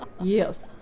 Yes